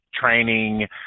training